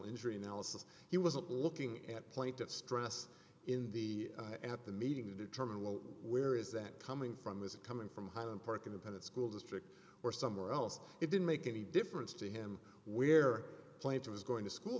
injury analysis he wasn't looking at point of stress in the at the meeting to determine well where is that coming from is it coming from highland park independent school district or somewhere else it didn't make any difference to him where plant was going to school